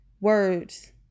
words